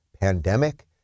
pandemic